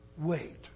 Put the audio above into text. Wait